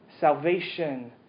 salvation